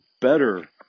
better